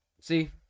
see